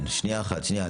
כן, שנייה.